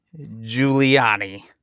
Giuliani